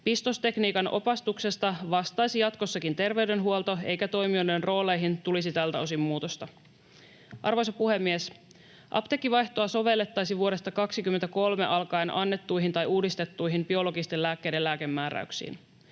Pistostekniikan opastuksesta vastaisi jatkossakin terveydenhuolto, eikä toimijoiden rooleihin tulisi tältä osin muutosta. Arvoisa puhemies! Apteekkivaihtoa sovellettaisiin vuodesta 23 alkaen annettuihin tai uudistettuihin biologisten lääkkeiden lääkemääräyksiin.